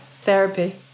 therapy